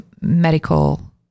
medical